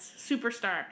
Superstar